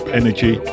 energy